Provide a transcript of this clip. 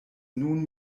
nun